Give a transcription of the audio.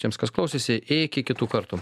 tiems kas klausėsi iki kitų kartų